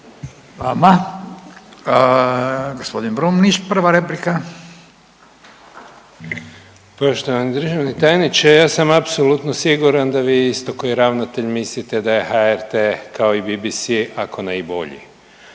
prva replika. **Brumnić, Zvane (Nezavisni)** Poštovani državni tajniče ja sam apsolutno siguran da vi isto ko i ravnatelj mislite da je HRT kao i BBC ako ne i bolji,